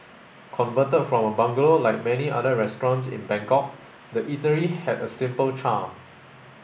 converted from a bungalow like many other restaurants in Bangkok the eatery had a simple charm